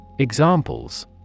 Examples